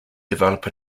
develop